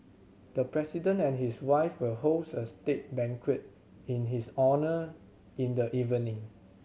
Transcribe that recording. the President and his wife will host a state banquet in his honour in the evening